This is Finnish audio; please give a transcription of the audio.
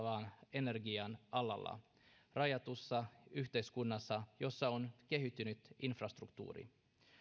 energian alalla rajatussa yhteiskunnassa jossa on kehittynyt infrastruktuuri